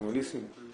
כמו ליסינג.